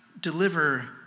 deliver